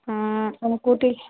ହଁ ତୁମେ କେଉଁଠି